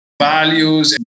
values